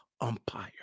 umpire